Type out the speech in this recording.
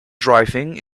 driving